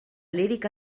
líric